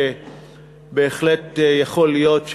ובהחלט יכול להיות,